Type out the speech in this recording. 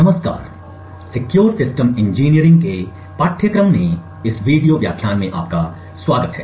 नमस्कार secure system engineering के पाठ्यक्रम में इस वीडियो व्याख्यान में आपका स्वागत है